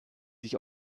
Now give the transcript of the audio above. sich